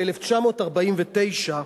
ב-1949,